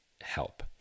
help